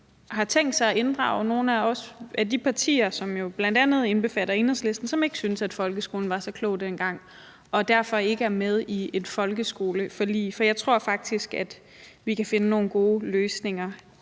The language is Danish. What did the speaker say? har tænkt sig at inddrage nogle af de partier, som jo bl.a. indbefatter Enhedslisten, som ikke synes, at det var så klogt med folkeskolen dengang, og derfor ikke er med i et folkeskoleforlig. For jeg tror faktisk, at vi kan finde nogle gode løsninger